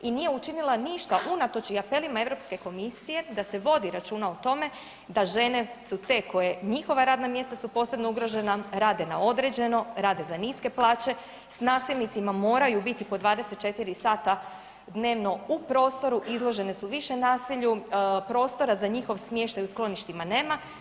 I nije učinila ništa unatoč i apelima EU komisije da se vodi računa o tome da žene su te koje, njihova radna mjesta su posebno ugrožena, rade na određeno, rade za niske plaće, s nasilnicima moraju biti po 24 sata dnevno u prostoru, izložene su više nasilju, prostora za njihov smještaj u skloništima nema.